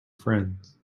friends